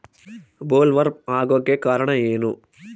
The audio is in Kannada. ಬೊಲ್ವರ್ಮ್ ಆಗೋಕೆ ಕಾರಣ ಏನು?